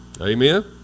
Amen